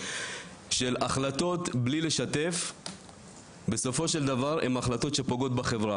החלטות בלי לשתף פוגעות בחברה,